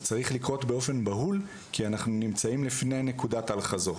זה צריך לקרות באופן בהול כי אנחנו נמצאים לפני נקודת אל-חזור.